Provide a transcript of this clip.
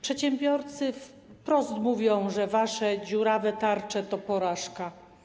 Przedsiębiorcy wprost mówią, że wasze dziurawe tarcze to porażka.